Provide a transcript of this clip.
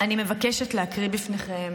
אני מבקשת לקרוא בפניכם